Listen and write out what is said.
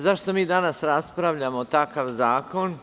Zašto mi danas raspravljamo takav zakon?